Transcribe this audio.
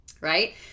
right